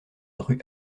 rue